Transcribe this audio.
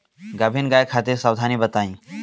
गाभिन गाय खातिर सावधानी बताई?